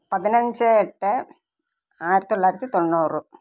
പതിനഞ്ച് എട്ട് ആയിരത്തിത്തൊള്ളായിരത്തി തൊണ്ണൂറ്